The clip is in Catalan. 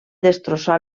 destrossar